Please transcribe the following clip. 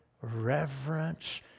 reverence